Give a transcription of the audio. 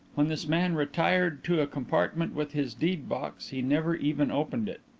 when this man retired to a compartment with his deed-box, he never even opened it.